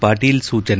ಪಾಟೀಲ್ ಸೂಚನೆ